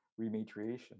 rematriation